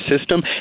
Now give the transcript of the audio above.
system